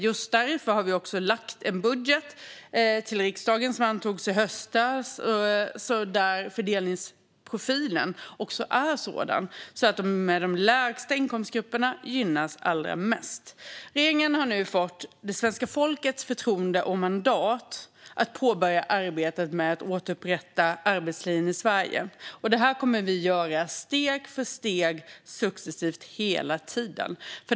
Just därför lade vi också fram en budget till riksdagen, som antogs i höstas, där fördelningsprofilen är sådan att grupperna med lägst inkomster gynnas allra mest. Regeringen har nu fått svenska folkets förtroende och mandat att påbörja arbetet med att återupprätta arbetslinjen i Sverige. Det kommer vi att göra steg för steg, successivt, hela tiden.